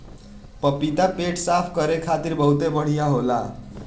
पपीता पेट साफ़ करे खातिर बहुते बढ़िया होला